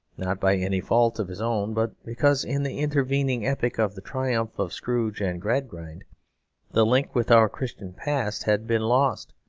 not by any fault of his own, but because in the intervening epoch of the triumph of scrooge and gradgrind the link with our christian past had been lost,